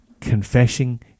confessing